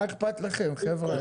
מה אכפת לכם, חבר'ה?